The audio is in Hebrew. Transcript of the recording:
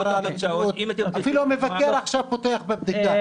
--- אפילו המבקר פותח עכשיו בבדיקה.